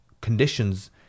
conditions